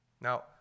Now